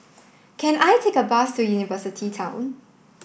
can I take a bus to University Town